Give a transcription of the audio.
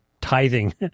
tithing